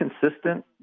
consistent